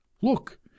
look